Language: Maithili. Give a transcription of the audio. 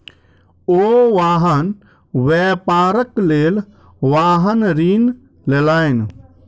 ओ वाहन व्यापारक लेल वाहन ऋण लेलैन